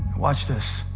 watch this.